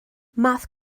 math